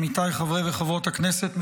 עמיתיי חברי וחברות הכנסת,